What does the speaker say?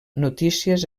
notícies